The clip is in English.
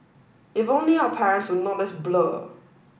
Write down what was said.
if only our parents were not as blur